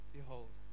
Behold